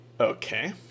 Okay